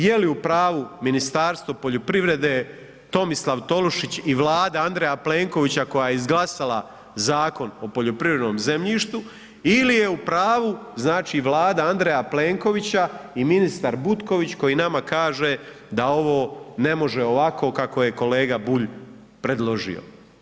Je li u pravu Ministarstvo poljoprivrede Tomislav Tolušić i Vlada Andreja Plenkovića koja je izglasala Zakon o poljoprivrednom zemljištu ili je u pravu znači Vlada Andreja Plenkovića i ministar Butković koji nama kaže da ovo ne može ovako kako je kolega Bulj predložio.